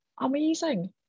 amazing